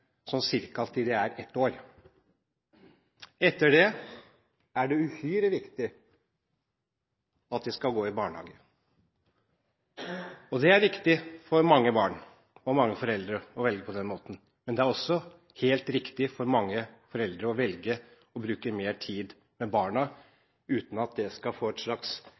sånn cirka til de er ett år. Etter det er det uhyre viktig at de skal gå i barnehage. Det er riktig for mange foreldre å velge dette, men det er også helt riktig for mange foreldre å velge å bruke mer tid med barna uten at det skal få et slags